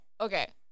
okay